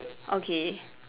okay